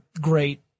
great